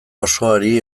osoari